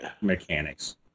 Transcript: mechanics